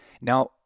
now